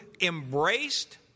embraced